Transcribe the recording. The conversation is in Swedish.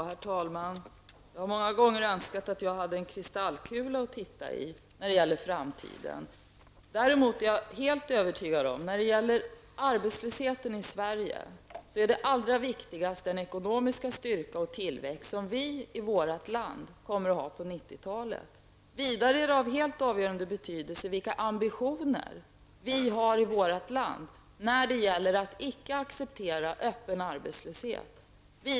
Herr talman! Jag har många gånger önskat att jag hade en kristallkula att titta i när det gäller framtiden. Däremot är jag helt övertygad om att det allra viktigaste när det gäller nivån på arbetslösheten i Sverige är den ekonomiska styrka och tillväxt som vi kommer att ha i vårt land på 90 talet. Vidare är det av helt avgörande betydelse vilka ambitioner vi har i vårt land när det gäller att icke acceptera öppen arbetslöshet.